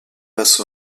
passe